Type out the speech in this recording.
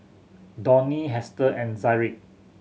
Donny Hester and Zaire